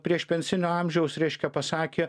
priešpensinio amžiaus reiškia pasakė